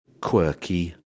Quirky